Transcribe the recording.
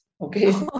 Okay